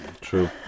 true